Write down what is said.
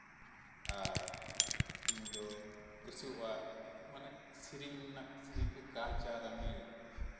ᱟᱨ ᱤᱧ ᱫᱚ ᱠᱩᱥᱤᱭᱟᱜᱼᱟ ᱥᱮᱹᱨᱮᱹᱧ ᱨᱮᱱᱟᱜ ᱥᱮᱹᱨᱮᱧ ᱠᱚ ᱠᱟᱞᱪᱟᱨ ᱮᱢᱱᱤ